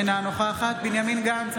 אינה נוכחת בנימין גנץ,